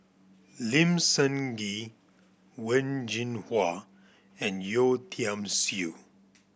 Lim Sun Gee Wen Jinhua and Yeo Tiam Siew